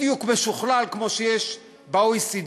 בדיוק משוכלל כמו שיש ב-OECD,